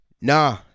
nah